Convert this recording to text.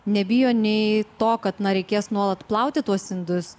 nebijo nei to kad na reikės nuolat plauti tuos indus